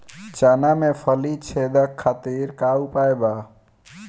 चना में फली छेदक खातिर का उपाय बा?